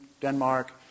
Denmark